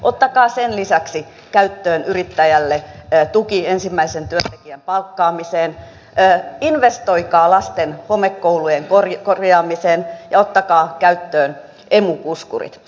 ottakaa sen lisäksi käyttöön yrittäjälle tuki ensimmäisen työntekijän palkkaamiseen investoikaa lasten homekoulujen korjaamiseen ja ottakaa käyttöön emu puskurit